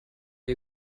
ihr